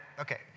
Okay